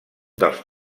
dels